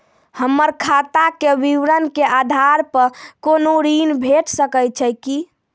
हमर खाता के विवरण के आधार प कुनू ऋण भेट सकै छै की?